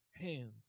hands